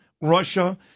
Russia